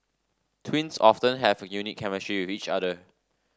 twins often have a unique chemistry with each other